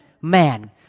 man